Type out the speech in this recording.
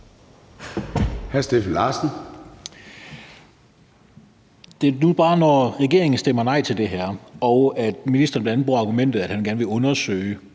Det er nu bare sådan, at når regeringen stemmer nej til det her og ministeren bl.a. bruger argumentet om, at han gerne vil undersøge